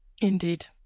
Indeed